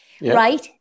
right